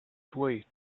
way